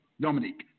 Dominique